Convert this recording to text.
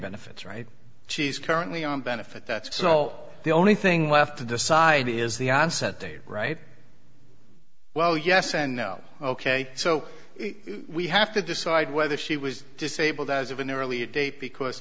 benefits right she's currently on benefit that's so the only thing left to decide is the onset date right well yes and no ok so we have to decide whether she was disabled as of an earlier date because